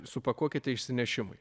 supakuokite išsinešimui